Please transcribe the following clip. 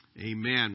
Amen